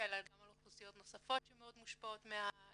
אלא גם על אוכלוסיות נוספות שמאוד מושפעות מגזענות